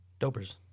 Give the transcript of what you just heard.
dopers